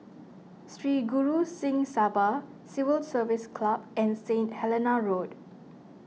Sri Guru Singh Sabha Civil Service Club and Saint Helena Road